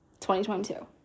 2022